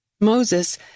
Moses